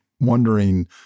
wondering